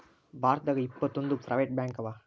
ಭಾರತದಾಗ ಇಪ್ಪತ್ತೊಂದು ಪ್ರೈವೆಟ್ ಬ್ಯಾಂಕವ